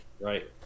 Right